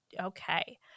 Okay